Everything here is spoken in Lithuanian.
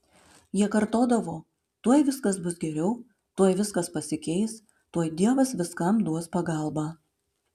jie kartodavo tuoj viskas bus geriau tuoj viskas pasikeis tuoj dievas viskam duos pagalbą